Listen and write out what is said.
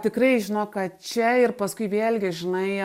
tikrai žinok kad čia ir paskui vėlgi žinai